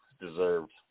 deserved